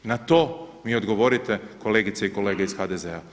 Na to mi odgovorite kolegice i kolege iz HDZ-a?